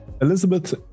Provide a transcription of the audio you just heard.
Elizabeth